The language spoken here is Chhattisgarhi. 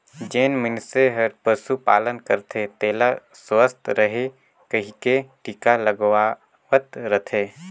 जेन मइनसे हर पसु पालन करथे तेला सुवस्थ रहें कहिके टिका लगवावत रथे